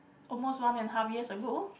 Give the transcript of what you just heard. almost one and half years ago